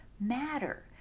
matter